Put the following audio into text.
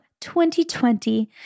2020